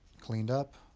cleaned up,